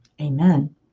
Amen